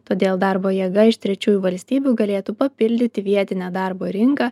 todėl darbo jėga iš trečiųjų valstybių galėtų papildyti vietinę darbo rinką